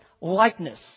likeness